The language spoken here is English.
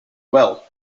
well